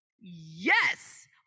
yes